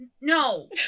no